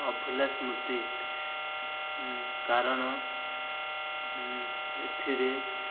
ଅଭୁଲା ସ୍ମୃତ୍ତି କାରଣ ଏଥିରେ